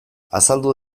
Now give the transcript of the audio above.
azaldu